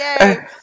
yay